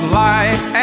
life